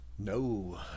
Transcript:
No